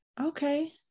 okay